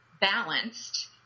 balanced